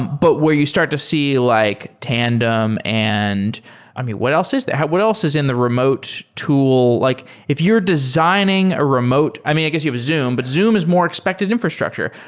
but where you start to see like tandem and i mean, what else is what else is in the remote tool? like if you're designing a remote i mean, i guess you have zoom, but zoom is more expected infrastructure.